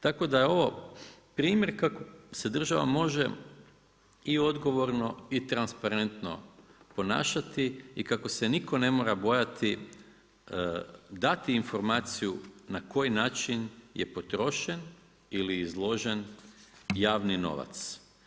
Tako da je ovo primjer kako se država može i odgovorno i transparentno ponašati i kako se nitko ne mora bojati dati informaciju, na koji način je potrošen ili izložen javni novac.